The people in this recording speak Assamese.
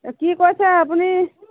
এ কি কৈছে আপুনি